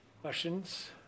Questions